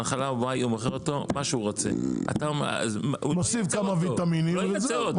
על חלב Y הוא מוכר אותו מה שהוא רוצה- -- הוא מוסיף כמה ויטמינים וזהו,